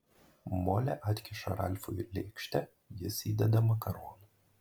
molė atkiša ralfui lėkštę jis įdeda makaronų